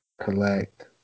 Collect